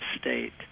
state